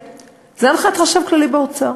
זו הנחיית החשב הכללי באוצר.